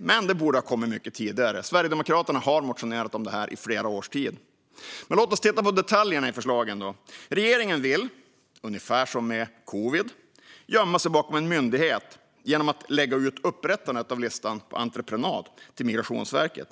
men det borde ha kommit mycket tidigare. Sverigedemokraterna har motionerat om detta i flera år. Låt oss titta på detaljerna i förslagen. Regeringen vill, ungefär som med covid, gömma sig bakom en myndighet genom att lägga ut upprättandet av listan på entreprenad till Migrationsverket.